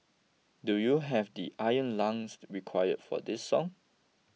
do you have the iron lungs required for this song